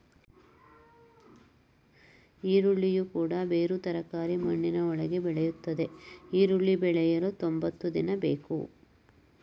ಈರುಳ್ಳಿಯು ಕೂಡ ಬೇರು ತರಕಾರಿ ಮಣ್ಣಿನ ಒಳಗೆ ಬೆಳೆಯುತ್ತದೆ ಈರುಳ್ಳಿ ಬೆಳೆಯಲು ತೊಂಬತ್ತು ದಿನ ಬೇಕು